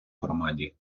громаді